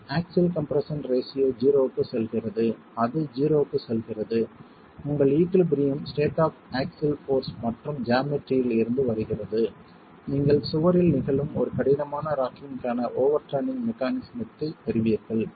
இந்த axial compression ratio 0 க்கு செல்கிறது அது 0 க்கு செல்கிறது உங்கள் equilibrium state of axial force மற்றும் ஜாமெட்ரியில் இருந்து வருகிறது நீங்கள் சுவரில் நிகழும் ஒரு கடினமான ராக்கிங்கான ஓவெர்ட்டர்னிங் மெக்கானிஸத்தைப் பெறுவீர்கள்